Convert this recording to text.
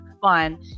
fun